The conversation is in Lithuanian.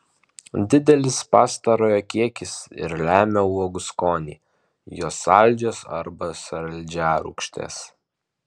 didelis pastarojo kiekis ir lemia uogų skonį jos saldžios arba saldžiarūgštės